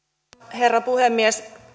herra puhemies